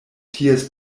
ties